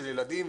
של ילדים,